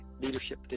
leadership